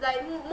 like